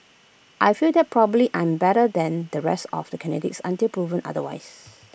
I feel that probably I am better than the rest of the candidates until proven otherwise